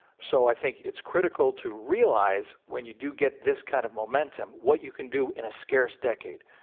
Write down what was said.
so, i think it's critical to realize, when you do get this kind of momentum, what you can do in a scarce decade.